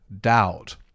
doubt